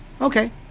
Okay